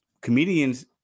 comedians